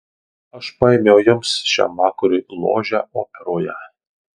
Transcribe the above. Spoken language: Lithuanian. aš paėmiau jums šiam vakarui ložę operoje